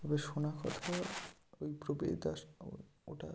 তবে শোনা কথা ওই প্রবেশদ্বার ওটা